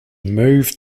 moved